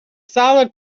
solid